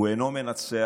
הוא אינו מנצח,